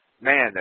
Man